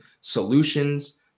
solutions